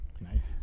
nice